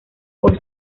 por